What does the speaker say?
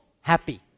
Happy